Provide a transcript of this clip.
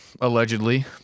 allegedly